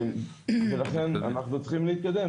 ולכן אנחנו צריכים להתקדם,